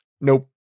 Nope